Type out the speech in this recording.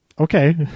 okay